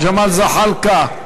ג'מאל זחאלקה,